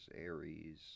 Aries